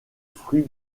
fruit